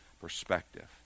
perspective